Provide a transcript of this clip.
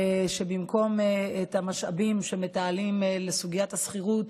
שבמקום המשאבים שמתעלים לסוגיית השכירות,